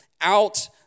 out